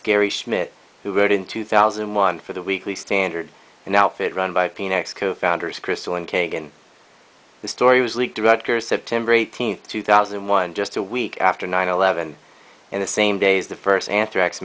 gary schmidt who wrote in two thousand and one for the weekly standard and outfit run by p n x co founders kristol and kagan story was leaked directors september eighteenth two thousand and one just a week after nine eleven and the same days the first anthrax